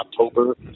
October